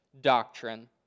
Doctrine